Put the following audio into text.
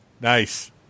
nice